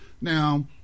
Now